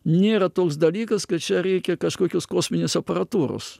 nėra toks dalykas kad čia reikia kažkokios kosminės aparatūros